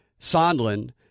Sondland